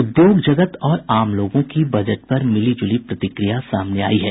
उद्योग जगत और आम लोगों की बजट पर मिली जूली प्रतिक्रिया सामने आयी है